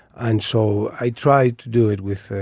and so i tried to do it with,